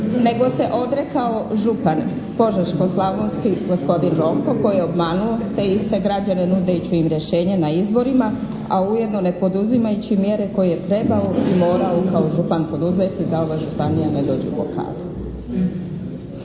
nego se odrekao župan Požeško-slavonski, gospodin Ronko koji je obmanuo te iste građane nudeći im rješenje na izborima, a ujedno ne poduzimajući mjere koje je trebao i morao kao župan poduzeti da ova županija ne dođe u blokadu.